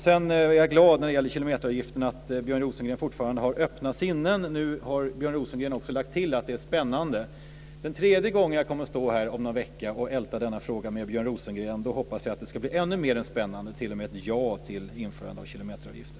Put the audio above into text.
Jag är glad att Björn Rosengren fortfarande har öppna sinnen när det gäller kilometeravgifterna. Nu har Björn Rosengren också lagt till att det är spännande. Den tredje gången jag kommer att stå här och älta denna fråga med Björn Rosengren, om någon vecka, hoppas jag att det ska bli ännu mer än spännande, t.o.m. ett ja till införande av kilometeravgifter.